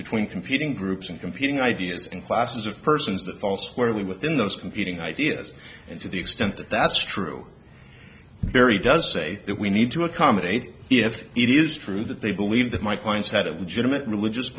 between competing groups and competing ideas and classes of persons that fall squarely within those competing ideas and to the extent that that's true barry does say that we need to accommodate if it is true that they believe that my clients had a legitimate religious